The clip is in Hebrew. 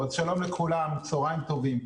לכולם, צוהריים טובים.